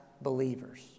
believers